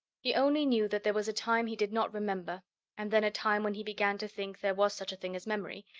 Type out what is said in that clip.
he only knew that there was a time he did not remember and then a time when he began to think there was such a thing as memory,